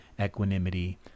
equanimity